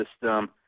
system